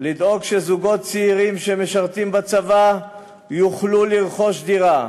לדאוג שזוגות צעירים שמשרתים בצבא יוכלו לרכוש דירה,